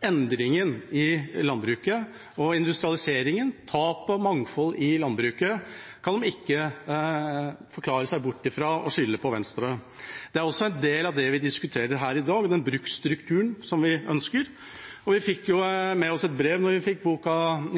Endringen i landbruket, industrialiseringen, tapet av mangfold i landbruket kan de ikke forklare seg bort fra og skylde på Venstre. Det er også en del av det vi diskuterer her i dag, den bruksstrukturen som vi ønsker. Vi fikk med oss et brev da vi fikk